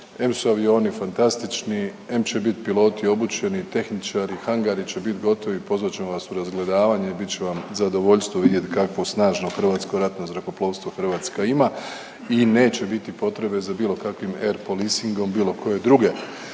em su avioni fantastični, em će biti piloti obučeni, tehničari, hangari će biti gotovi, pozvat ćemo vas u razgledavanje i bit će vam zadovoljstvo vidjeti kakvo snažno Hrvatsko ratno zrakoplovstvo Hrvatska ima i neće biti potrebe za bilo kakvim air policingom bilo koje druge